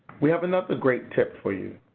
we have another great tip for you.